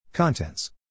Contents